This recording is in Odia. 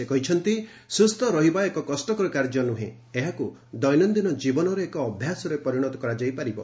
ସେ କହିଛନ୍ତି ସୁସ୍ଥ ରହିବା ଏକ କଷ୍ଟକର କାର୍ଯ୍ୟ ନୁହେଁ ଏହାକୁ ଦୈନନ୍ଦିନ ଜୀବନରେ ଏକ ଅଭ୍ୟାସରେ ପରିଣତ କରାଯାଇପାରିବ